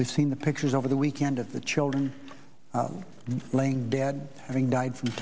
we've seen the pictures over the weekend of the children playing dads having died from